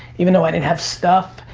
even though i didn't have stuff,